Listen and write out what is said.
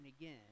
again